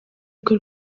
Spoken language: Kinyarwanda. rwe